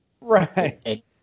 right